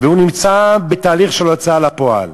ונמצא בתהליך של הוצאה לפועל.